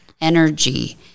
energy